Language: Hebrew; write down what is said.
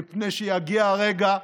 מפני שיגיע הרגע,